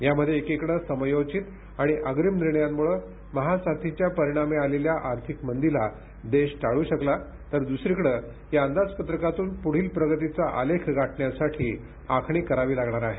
यामध्ये एकीकडे समयोचित आणि अग्रिम निर्णयांमुळं महासाथीच्या परिणामी आलेल्या आर्थिक मंदीला देश टाळू शकला तर दुसरीकडं या अंदाजपत्रकातून पुढील प्रगतीचा आलेख गाठण्यासाठी आखणी करावी लागणार आहे